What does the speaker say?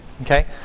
Okay